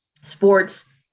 sports